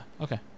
okay